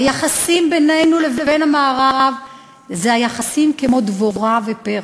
היחסים בינינו לבין המערב הם יחסים כמו דבורה ופרח: